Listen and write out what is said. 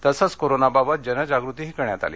तसेच कोरोनाबाबत जनजागृतीही करण्यात आली